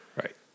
Right